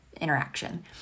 interaction